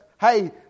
hey